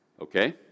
Okay